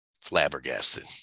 flabbergasted